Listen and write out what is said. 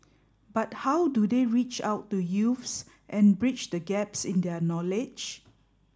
but how do they reach out to youths and bridge the gaps in their knowledge